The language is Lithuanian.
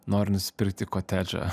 nori nusipirkti kotedžą